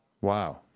Wow